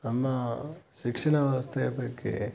ನಮ್ಮ ಶಿಕ್ಷಣ ವ್ಯವಸ್ಥೆಯ ಬಗ್ಗೆ